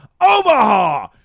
omaha